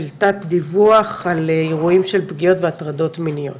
של תת דיווח על אירועים של פגיעות והטרדות מיניות.